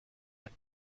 and